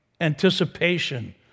anticipation